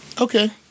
Okay